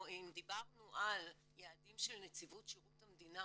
דיברנו על יעדים של נציבות שירות המדינה